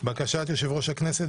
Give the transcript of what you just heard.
בקשת יושב-ראש הכנסת,